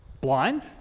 blind